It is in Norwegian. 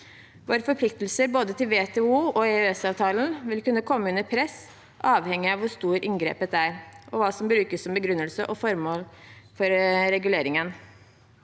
Våre forpliktelser, både til WTO og i EØSavtalen, vil kunne komme under press, avhengig av hvor stort inngrepet er og hva som brukes som begrunnelse og formål for reguleringen.